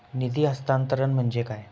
निधी हस्तांतरण म्हणजे काय?